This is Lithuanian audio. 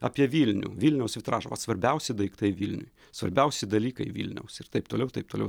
apie vilnių vilniaus vitražo vat svarbiausi daiktai vilniui svarbiausi dalykai vilniaus ir taip toliau ir taip toliau